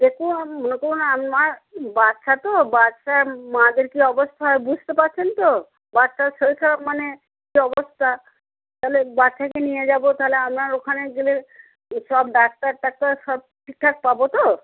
দেখুন মনে করুন না বাচ্চা তো বাচ্চার মায়েদের কি অবস্থা হয় বুঝতে পারছেন তো বাচ্চার শরীর খারাপ মানে কি অবস্থা তাহলে বাচ্চাকে নিয়ে যাবো তাহলে আপনার ওখানে গেলে সব ডাক্তার টাক্তার সব ঠিকঠাক পাবো তো